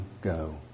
go